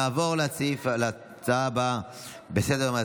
נעבור להצעה הבאה בסדר-היום,